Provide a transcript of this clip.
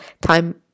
time